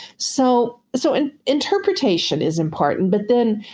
so so and interpretation is important but then,